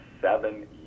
seven